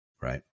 right